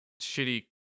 shitty